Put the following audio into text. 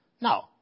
No